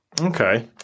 Okay